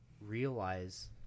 realize